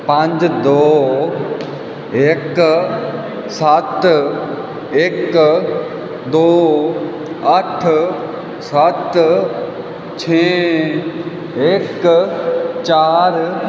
ਪੰਜ ਦੋ ਇੱਕ ਸੱਤ ਇੱਕ ਦੋ ਅੱਠ ਸੱਤ ਛੇ ਇੱਕ ਚਾਰ